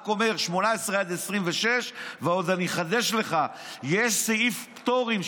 רק אומרים: "18 עד 26". ועוד אני אחדש לך: יש סעיף פטורים,